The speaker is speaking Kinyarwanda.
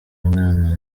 umwana